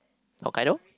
Hokkaido